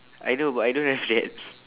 I know but I don't have that